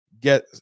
get